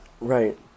Right